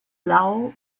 blau